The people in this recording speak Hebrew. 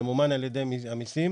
ממומן על ידי המיסים,